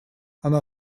она